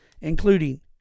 including